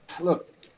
look